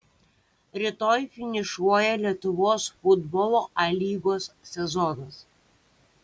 rytoj finišuoja lietuvos futbolo a lygos sezonas